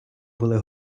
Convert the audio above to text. були